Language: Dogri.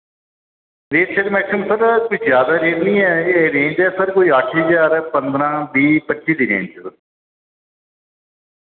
रेट सर मैक्सिमम सर कोई ज्यादा रेट नि ऐ एह् रेंज ऐ सर कोई अट्ठ ज्हार पन्द्रां बीह् पच्ची दी रेंज